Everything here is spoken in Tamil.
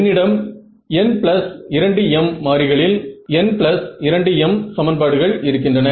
என்னிடம் n2m மாறிகளில் n2m சமன்பாடுகள் இருக்கின்றன